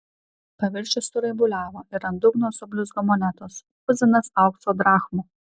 paviršius suraibuliavo ir ant dugno sublizgo monetos tuzinas aukso drachmų